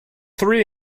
three